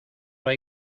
hay